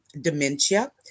dementia